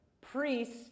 priests